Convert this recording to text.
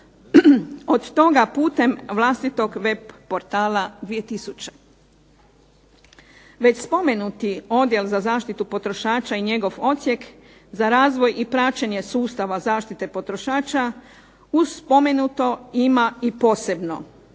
Od toga putem vlastitog web portala 2 tisuće. Već spomenuti Odjel za zaštitu potrošača i njegov Odsjek za razvoj i praćenje sustava zaštite potrošača uz spomenuto ima i posebno,